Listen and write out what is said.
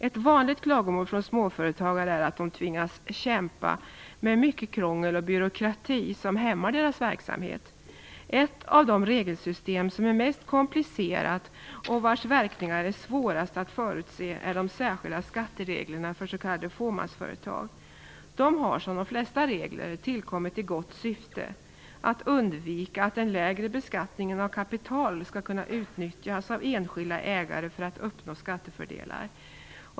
Ett vanligt klagomål från småföretagare är att de tvingas kämpa med mycket krångel och byråkrati som hämmar deras verksamhet. Ett av de regelsystem som är mest komplicerat och vars verkningar det är svårast att förutse är de särskilda skattereglerna för s.k. fåmansföretag. De har, som de flesta regler, tillkommit i ett gott syfte: att undvika att den lägre beskattningen av kapital skall kunna utnyttjas av enskilda ägare för att uppnå skattefördelar.